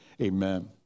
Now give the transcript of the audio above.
Amen